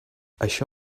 això